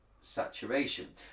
saturation